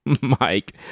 Mike